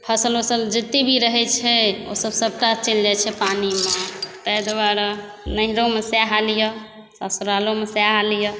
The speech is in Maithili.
फसल वसल जते भी रहै छै ओ सभटा चलि जाइ छै पानिमे ताहि दुआरे नैहरोमे सएह हाल यऽ ससुरालोमे सएह हाल यऽ